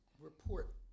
report